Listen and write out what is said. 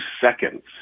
seconds